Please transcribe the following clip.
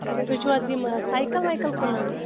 تُہۍ چھِو حظ یِم سایکٕل ویکٕل کٕنَن